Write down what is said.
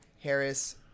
Harris